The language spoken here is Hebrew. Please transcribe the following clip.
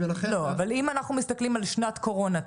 אבל אם אנחנו מסתכלים על שנת קורונה.